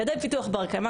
יעדי פיתוח בר קיימא,